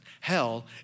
Hell